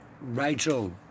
Rachel